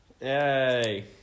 Yay